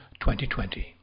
2020